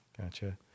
Gotcha